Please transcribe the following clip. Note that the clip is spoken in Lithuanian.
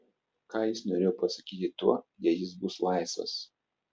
ką jis norėjo pasakyti tuo jei jis bus laisvas